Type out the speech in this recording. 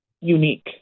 unique